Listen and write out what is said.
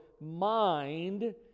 mind